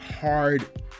hard